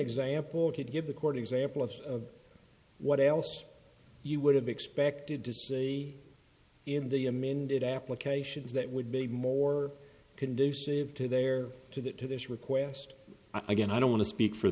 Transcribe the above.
example could give the court example of what else you would have expected to say in the amended applications that would be more conducive to their to that to this request i get i don't want to speak for